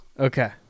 Okay